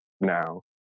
now